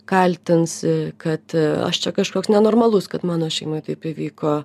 kaltins kad aš čia kažkoks nenormalus kad mano šeimoj taip įvyko